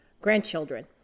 grandchildren